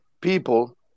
people